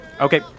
Okay